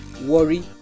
Worry